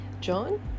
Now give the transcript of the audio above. John